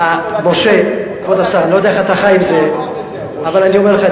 שבכל שבת אתה תשמע באיצטדיוני כדורגל: להרוג את